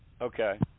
Okay